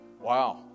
Wow